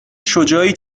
شجاعی